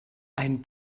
ein